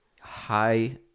high